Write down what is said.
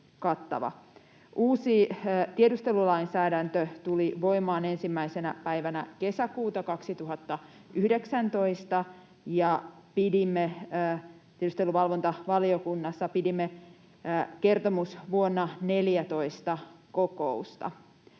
Uusi tiedustelulainsäädäntö tuli voimaan 1. kesäkuuta 2019, ja tiedusteluvalvontavaliokunnassa pidimme kertomusvuonna 14 kokousta.